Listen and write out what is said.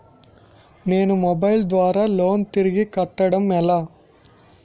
నేను మొబైల్ ద్వారా లోన్ తిరిగి కట్టడం ఎలా?